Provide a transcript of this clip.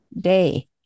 day